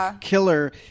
killer